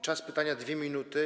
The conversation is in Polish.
Czas pytania - 2 minuty.